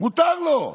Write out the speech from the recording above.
מותר לו,